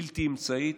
בלתי אמצעית,